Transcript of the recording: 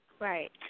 Right